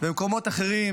וממקומות אחרים